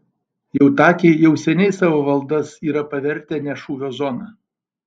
jautakiai jau seniai savo valdas yra pavertę ne šūvio zona